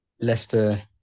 Leicester